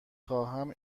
خواهم